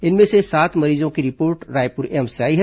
इनमें से सात मरीजों की रिपोर्ट रायपुर एम्स से आई है